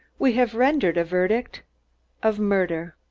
we have rendered a verdict of murder.